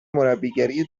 مربیگری